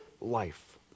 life